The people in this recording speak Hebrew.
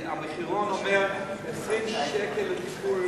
המחירון אומר 20 שקל לטיפול,